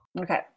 Okay